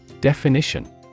Definition